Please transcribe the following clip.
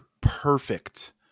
perfect